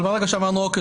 אבל ברגע שאמרנו: אוקיי,